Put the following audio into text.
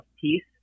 peace